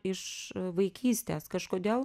iš vaikystės kažkodėl